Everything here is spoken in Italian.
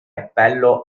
appello